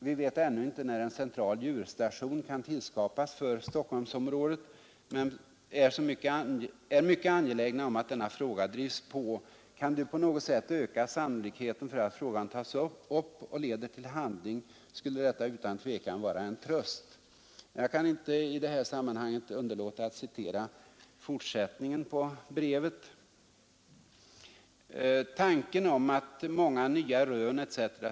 Vi vet ännu inte när en central djurstation kan tillskapas för Stockholmsområdet men är mycket angelägna om att denna fråga drivs på. Kan Du på något sätt öka sannolikheten för att frågan tas upp och leder till handling, skulle detta utan tvekan vara en tröst.” Jag kan i det här sammanhanget inte underlåta att citera fortsättningen på brevet: ”Tanken om att många nya rön etc.